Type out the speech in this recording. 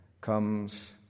comes